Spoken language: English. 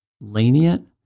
lenient